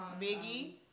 Biggie